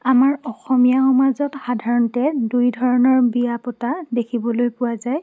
আমাৰ অসমীয়া সমাজত সাধাৰণতে দুই ধৰণৰ বিয়া পতা দেখিবলৈ পোৱা যায়